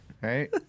right